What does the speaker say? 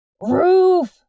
Roof